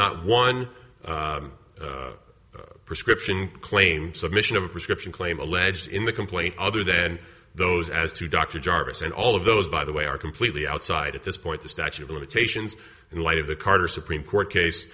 one prescription claim submission of a prescription claim alleged in the complaint other then those as to dr jarvis and all of those by the way are completely outside at this point the statute of limitations in light of the carter supreme court